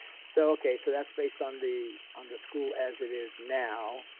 so, okay, so that's based on the on the school as it is now.